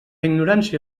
ignorància